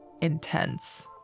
intense